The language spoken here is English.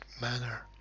manner